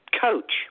coach